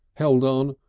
held on,